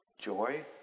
joy